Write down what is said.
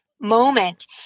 moment